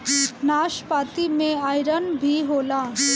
नाशपाती में आयरन भी होला